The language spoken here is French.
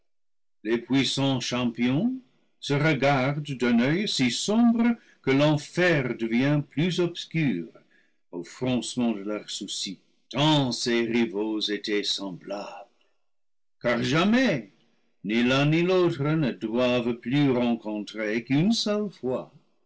les puissants champions se regardent d'un oeil si sombre que l'enfer devient plus obscur au froncement de leur sourcil tant ces rivaux étaient semblables car jamais ni l'un ni l'autre ne doivent plus rencontrer qu'une seule fois